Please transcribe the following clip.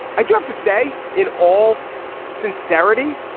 i do have to say in all sincerity,